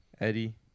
Eddie